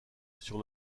sur